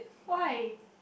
why